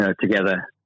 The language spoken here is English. Together